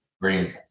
Green